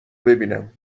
ببینم